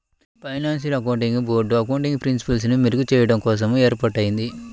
financial accounting board accounting ప్రిన్సిపల్స్ని మెరుగుచెయ్యడం కోసం ఏర్పాటయ్యింది